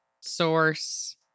Source